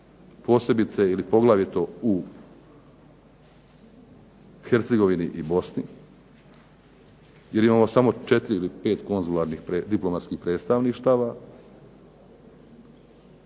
posebice ili poglavito u Hercegovini i Bosni jer imamo samo 4 ili 5 konzularnih diplomatskih predstavništava.